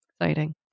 exciting